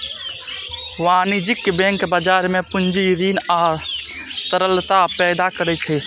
वाणिज्यिक बैंक बाजार मे पूंजी, ऋण आ तरलता पैदा करै छै